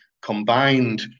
combined